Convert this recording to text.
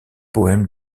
poème